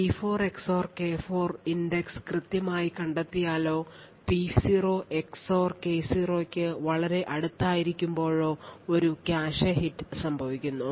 P4 XOR K4 index കൃത്യമായി കണ്ടെത്തിയാലോ P0 XOR K0 ക്ക് വളരെ അടുത്തായിരിക്കുമ്പോഴോ ഒരു കാഷെ ഹിറ്റ് സംഭവിക്കുന്നു